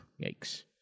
yikes